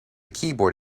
keyboard